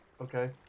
Okay